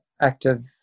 active